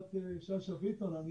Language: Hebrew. יפעת שאשא ביטון.